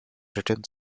written